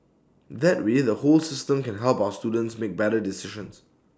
that way the whole system can help our students make better decisions